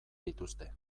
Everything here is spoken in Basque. dituzte